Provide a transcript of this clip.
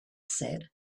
said